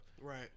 right